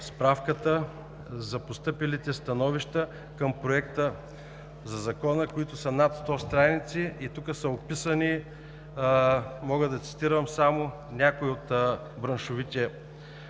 справката за постъпилите становища към Проекта на закона, които са над 100 страници. Тук са описани и мога да цитирам само някои от браншовите